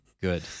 Good